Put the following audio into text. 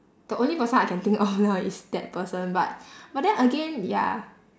the only person I can think of now is that person but but then again ya